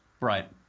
Right